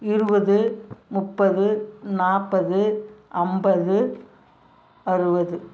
இருபது முப்பது நாற்பது ஐம்பது அறுபது